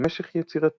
במשך יצירתם,